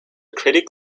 critic